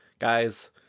Guys